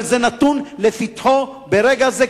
אבל זה נתון לפתחו ברגע זה,